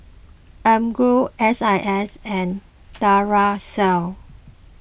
Emborg S I S and Duracell